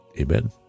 Amen